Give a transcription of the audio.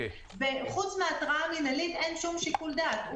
חוץ מהתרעה מינהלית אין שום שיקול דעת.